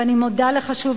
ואני מודה לך שוב,